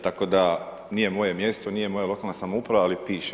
Tako da nije moje mjesto, nije moja lokalna samouprava, ali piše.